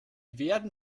werden